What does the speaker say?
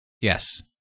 Yes